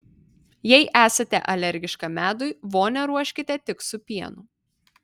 jei esate alergiška medui vonią ruoškite tik su pienu